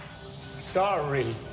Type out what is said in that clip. Sorry